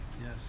Yes